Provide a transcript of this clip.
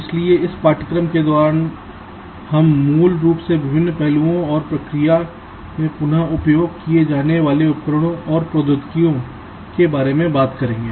इसलिए इस पाठ्यक्रम के दौरान हम मूल रूप से विभिन्न पहलुओं और प्रक्रिया में पुन उपयोग किए जाने वाले उपकरणों और प्रौद्योगिकियों के बारे में बात करेंगे